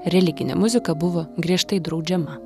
religinė muzika buvo griežtai draudžiama